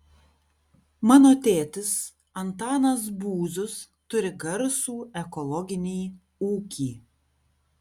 mano tėtis antanas būzius turi garsų ekologinį ūkį